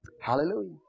Hallelujah